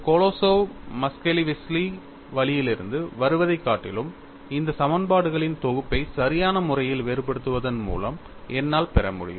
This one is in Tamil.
கொலோசோவ் மஸ்கெலிஷ்விலி வழியிலிருந்து வருவதைக் காட்டிலும் இந்த சமன்பாடுகளின் தொகுப்பை சரியான முறையில் வேறுபடுத்துவதன் மூலம் என்னால் பெற முடியும்